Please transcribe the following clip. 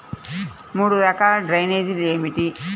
మూడు రకాల డ్రైనేజీలు ఏమిటి?